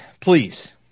Please